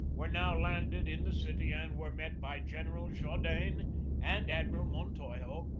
were now landed in the city and were met by general jaudenes and admiral montojo,